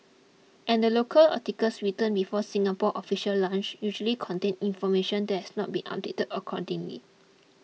and the local articles written before Singapore's official launch usually contain information that has not been updated accordingly